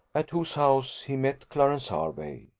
at whose house he met clarence hervey.